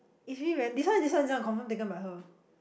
it's really very this one this one confirm taken by her